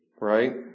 Right